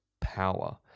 power